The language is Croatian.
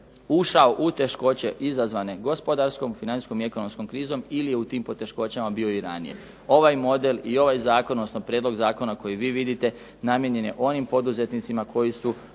ušao u teškoće izazvane gospodarskom, financijskom i ekonomskom krizom ili je u tim poteškoćama bio i ranije. Ovaj model i ovaj zakon odnosno prijedlog zakona koji vi vidite namijenjen je onim poduzetnicima koji su